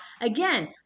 again